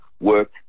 work